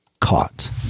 caught